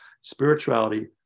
spirituality